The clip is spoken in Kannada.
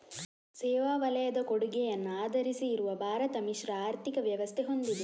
ಸೇವಾ ವಲಯದ ಕೊಡುಗೆಯನ್ನ ಆಧರಿಸಿ ಇರುವ ಭಾರತ ಮಿಶ್ರ ಆರ್ಥಿಕ ವ್ಯವಸ್ಥೆ ಹೊಂದಿದೆ